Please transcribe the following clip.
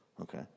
okay